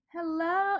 Hello